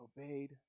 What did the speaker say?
obeyed